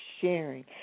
sharing